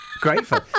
Grateful